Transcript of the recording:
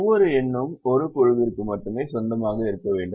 ஒவ்வொரு எண்ணும் 1 குழுவிற்கு மட்டுமே சொந்தமாக இருக்க வேண்டும்